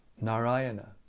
Narayana